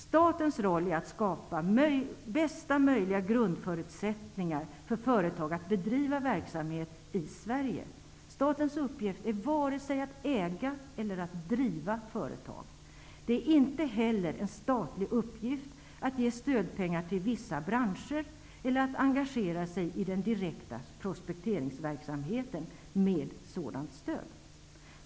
Statens roll är att skapa de bästa möjliga grundförutsättningarna för företag att bedriva verksamhet i Sverige. Statens uppgift är varken att äga eller att driva företag. Det är inte heller en statlig uppgift att ge stödpengar till vissa branscher eller att engagera sig i den direkta prospekteringsverksamheten med sådant stöd.